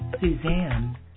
Suzanne